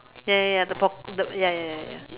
ya ya ya the pock~ the ya ya ya ya ya